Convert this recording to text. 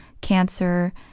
cancer